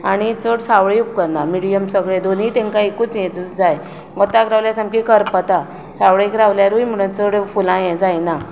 चड सावळीय उपकारना मिडियम सगळें दोनीय तांकां एकूच हें जाय वतांत रावल्यार सारकीं करपता सावळेक रावल्यारूय चड फुलां हें जायना